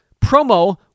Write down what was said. promo